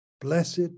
blessed